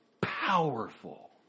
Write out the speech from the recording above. powerful